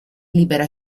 libera